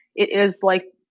it is, like,